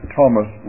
Thomas